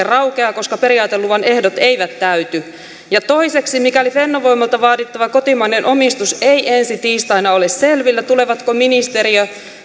raukeaa koska periaateluvan ehdot eivät täyty ja toiseksi mikäli fennovoimalta vaadittava kotimainen omistus ei ensi tiistaina ole selvillä tulevatko ministeriö